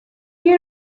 you